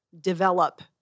develop